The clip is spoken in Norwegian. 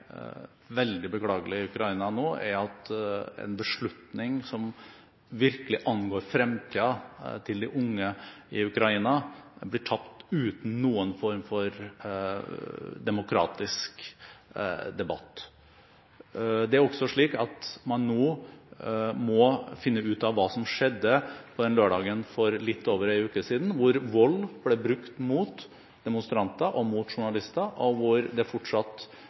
veldig beklagelig i Ukraina nå, er at en beslutning som virkelig angår fremtiden til de unge i Ukraina, blir tatt uten noen form for demokratisk debatt. Man må nå finne ut av hva som skjedde på den lørdagen for litt over en uke siden, hvor vold ble brukt mot demonstranter og journalister, og hvor det fortsatt